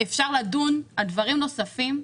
אפשר לדון על דברים נוספים.